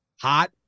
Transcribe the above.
hot